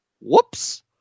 Whoops